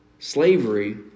slavery